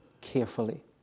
carefully